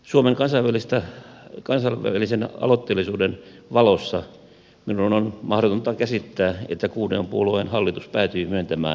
suomen kansainvälisen aloitteellisuuden valossa minun on mahdotonta käsittää että kuuden puolueen hallitus päätyi myöntämään luvat